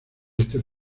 este